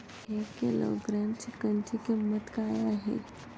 एक किलोग्रॅम चिकनची किंमत काय आहे?